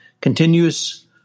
continuous